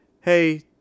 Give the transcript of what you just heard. hey